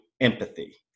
empathy